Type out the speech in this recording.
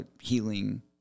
healing